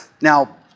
Now